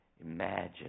imagine